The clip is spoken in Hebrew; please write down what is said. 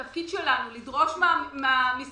התפקיד שלנו הוא לדאוג שכאשר מבטיחים לנו על ידי החשב הכללי,